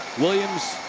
williams.